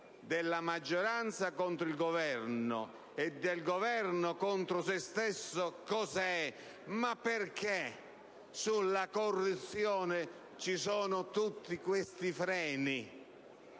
della maggioranza contro il Governo e del Governo contro se stesso, che cosa è? Perché sulla corruzione vengono posti tutti questi freni?